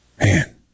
Man